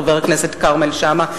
חבר הכנסת כרמל שאמה,